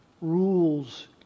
rules